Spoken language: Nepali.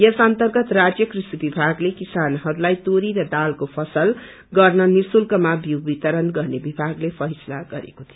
यस अन्तरगत राज्य कृषि विभागले किसानहरूलाई तोरी र दालको फसल गर्न निशुल्कमा बीउ वितरण गर्ने विभागले फैसला गरेको थियो